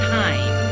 time